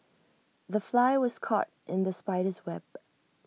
the fly was caught in the spider's web